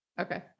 Okay